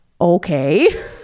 okay